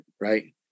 right